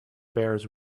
bears